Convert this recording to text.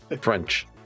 French